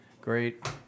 great